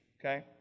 okay